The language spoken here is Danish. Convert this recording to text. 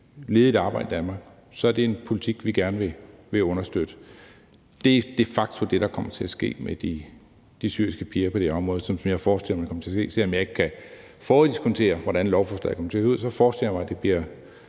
ledigt arbejde i Danmark. Det er de facto det, der kommer til at ske med de syriske piger på det område; sådan forestiller jeg mig det kommer til at ske. Selv om jeg ikke kan foruddiskontere, hvordan lovforslaget kommer til at se ud, forestiller jeg mig, at det bliver